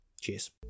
Cheers